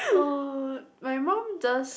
oh my mum does